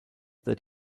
that